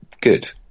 good